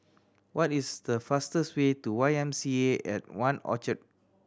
what is the fastest way to Y M C A at One Orchard